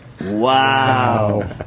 Wow